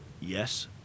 yes